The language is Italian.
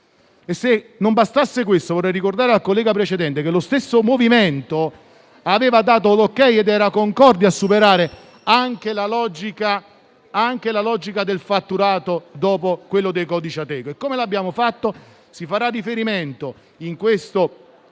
Se non bastasse questo, vorrei ricordare al collega che mi ha preceduto che lo stesso MoVimento 5 Stelle era concorde nel superare anche la logica del fatturato dopo quella dei codici Ateco. Come l'abbiamo fatto? Si farà riferimento in questo